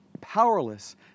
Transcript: powerless